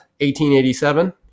1887